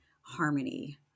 harmony